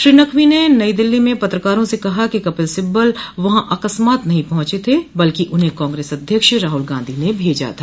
श्री नकवी ने नई दिल्ली में पत्रकारों से कहा कि कपिल सिब्बल वहां अकस्मात नहीं पहुंचे थे बल्कि उन्हें कांग्रेस अध्यक्ष राहुल गांधी ने भेजा था